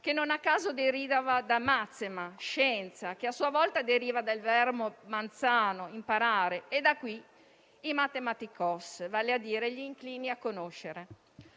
che, non a caso, derivava da *máthema*, scienza, che a sua volta deriva dal verbo *manthánein*, imparare. Da qui i *mathematikói*, vale a dire gli inclini a conoscere.